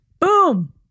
Boom